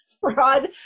fraud